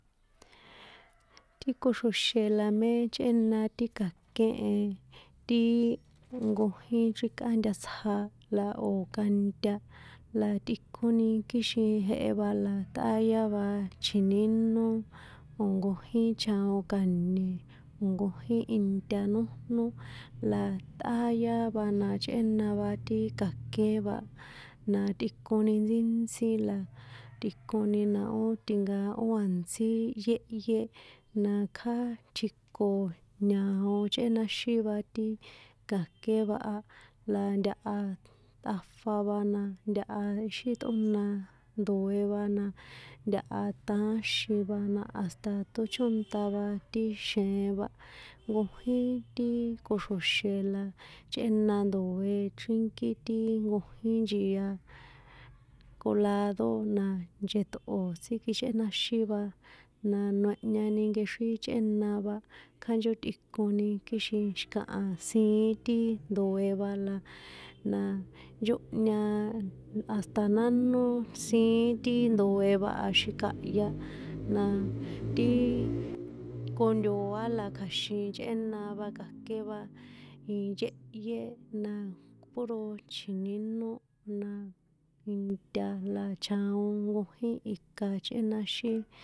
Ti koxroxe la mé chꞌéna ti ka̱ké e ti nkojín chríkꞌá ntatsja la o kanta la tꞌikoni kixin jehe va la tꞌáya va chji̱níno o̱ nkojín chaon ka̱ñe̱ o̱ nkojín inta nójnó la tꞌáyá va chꞌéna va ti ka̱ké va, na tꞌikoni ri ntsí la tꞌikoni na ó tinká ó a̱ntsí yéhyé na kjá tjiko ñao chꞌénaxín va ti ka̱ké va a, la ntaha tꞌafa va na, ntaha xítꞌóna ndoe̱ va na, ntaha taáxin va na hasta tóchónta va ti xee̱n va nkojín ti koxroxe la chꞌéna ndoe chrínkí ti nkojín nchia kolado na ncheṭꞌo̱ tsíkichꞌénaxín va, na noehñani nkexrín chꞌéna va kjánchó tꞌikoni kixin xi̱kaha siín ti ndoe̱ va la, na nchónhñaaaa, hasta nánó siín ti ndoe̱ va a xikahya, na ti kontoá la kja̱xin chꞌéna va ka̱ké va iyéhyé na, ko puro chje̱nínó na inta la chjaon nkojín ika chꞌénaxín.